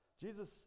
Jesus